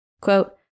quote